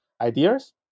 ideas